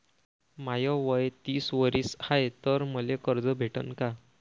माय वय तीस वरीस हाय तर मले कर्ज भेटन का?